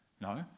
No